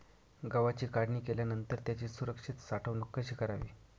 गव्हाची काढणी केल्यानंतर त्याची सुरक्षित साठवणूक कशी करावी?